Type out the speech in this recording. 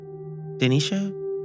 Denisha